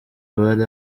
abari